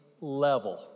level